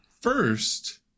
first